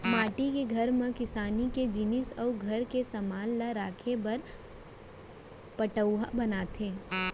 माटी के घर म किसानी के जिनिस अउ घर के समान ल राखे बर पटउहॉं बनाथे